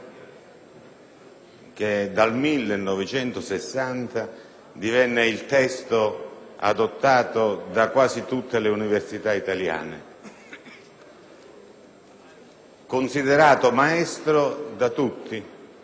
che dal 1960 divenne il testo adottato da quasi tutte le università italiane; considerato maestro da tutti,